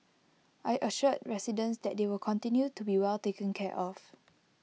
I assured residents that they will continue to be well taken care of